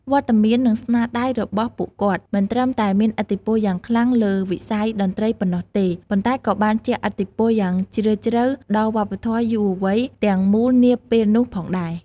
វត្តមាន និងស្នាដៃរបស់ពួកគាត់មិនត្រឹមតែមានឥទ្ធិពលយ៉ាងខ្លាំងលើវិស័យតន្ត្រីប៉ុណ្ណោះទេ ប៉ុន្តែក៏បានជះឥទ្ធិពលយ៉ាងជ្រាលជ្រៅដល់វប្បធម៌យុវវ័យទាំងមូលនាពេលនោះផងដែរ។